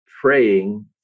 praying